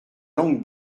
langue